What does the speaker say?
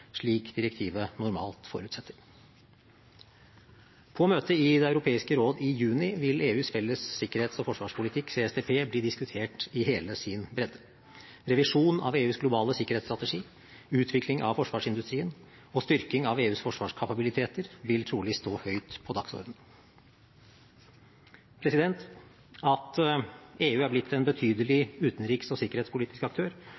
slik direktivet normalt forutsetter. På møtet i Det europeiske råd i juni vil EUs felles sikkerhets- og forsvarspolitikk, CSDP, bli diskutert i hele sin bredde. Revisjon av EUs globale sikkerhetsstrategi, utvikling av forsvarsindustrien og styrking av EUs forsvarskapabiliteter vil trolig stå høyt på dagsordenen. At EU er blitt en betydelig utenriks- og sikkerhetspolitisk aktør,